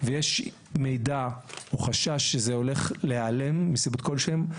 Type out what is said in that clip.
ויש מידע או חשש שזה הולך להיעלם מסיבות כלשהם,